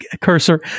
cursor